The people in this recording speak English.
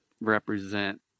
represent